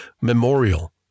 Memorial